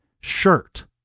shirt